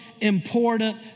important